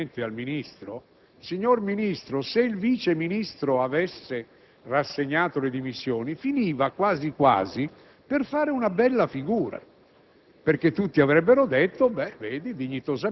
Anche qui - mi rivolgo specialmente a lei, signor Ministro - se il Vice ministro avesse rassegnato le dimissioni, finiva quasi quasi per fare una bella figura,